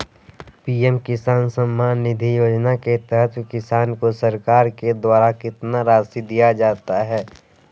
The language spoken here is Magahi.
पी.एम किसान सम्मान निधि योजना के तहत किसान को सरकार के द्वारा कितना रासि दिया जाता है?